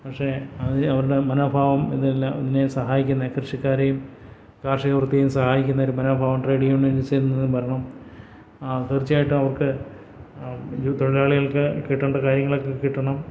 പക്ഷേ അതിനവരുടെ മനോഭാവം എന്നെല്ലാം ഇതിനെ സഹായിക്കുന്ന കൃഷിക്കാരെയും കാർഷികവൃത്തിയും സഹായിക്കുന്നൊരു മനോഭാവം ട്രേഡ് യൂണിയനിൽ ചേർന്നതും വരണം ആ തീർച്ചയായിട്ടും അവർക്ക് ഒരു തൊഴിലാളികൾക്ക് കിട്ടേണ്ട കാര്യങ്ങളൊക്കെ കിട്ടണം